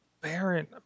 Baron